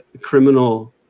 criminal